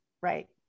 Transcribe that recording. Right